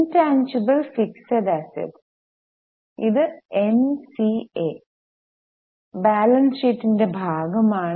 intangible fixed assets ഇത് NCA balance ഷീറ്റിന്റെ ഭാഗമാണ്